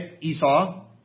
Esau